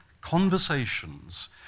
conversations